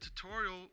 tutorial